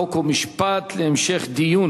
חוק ומשפט נתקבלה.